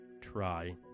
try